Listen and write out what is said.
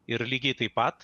ir lygiai taip pat